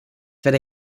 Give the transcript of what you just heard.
werde